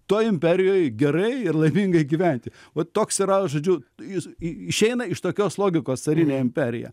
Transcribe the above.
toj imperijoj gerai ir laimingai gyventi va toks yra žodžiu jis išeina iš tokios logikos carinė imperija